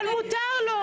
לא,